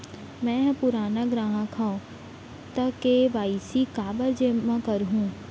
मैं ह पुराना ग्राहक हव त के.वाई.सी काबर जेमा करहुं?